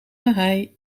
hij